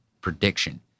prediction